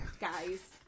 guys